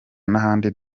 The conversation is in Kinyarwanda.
n’ahandi